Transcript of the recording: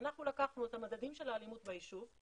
אנחנו לקחנו את המדדים של האלימות ביישוב,